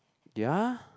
ya